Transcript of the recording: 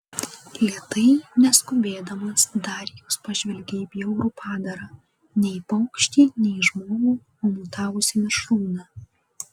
lėtai neskubėdamas darijus pažvelgė į bjaurų padarą nei paukštį nei žmogų o mutavusį mišrūną